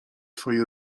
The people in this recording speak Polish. twoi